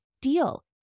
deal